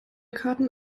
karten